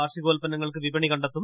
കാർഷികോൽപ്പന്നങ്ങൾക്ക് വിപണി കണ്ടെത്തും